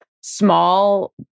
small